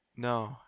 No